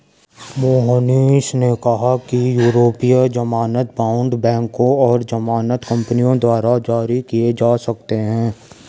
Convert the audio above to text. मोहनीश ने कहा कि यूरोपीय ज़मानत बॉण्ड बैंकों और ज़मानत कंपनियों द्वारा जारी किए जा सकते हैं